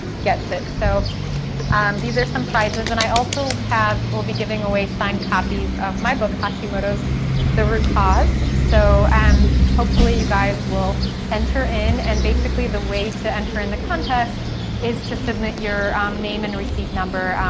gets it. so these are some prizes and i also have, will be giving away signed copies of my book hashimoto's the root cause. so um hopefully you guys will enter in and basically the way to enter in the contest is to submit your name and receipt number.